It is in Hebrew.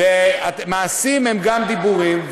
מעשים הם גם דיבורים.